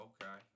Okay